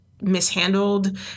mishandled